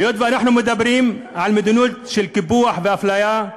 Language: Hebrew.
היות שאנחנו מדברים על מדיניות של קיפוח ואפליה,